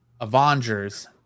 Avengers